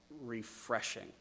refreshing